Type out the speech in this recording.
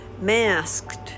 masked